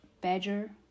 badger